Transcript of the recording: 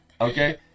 Okay